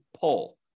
pull